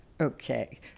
Okay